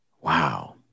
Wow